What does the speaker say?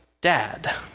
dad